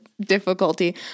difficulty